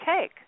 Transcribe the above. take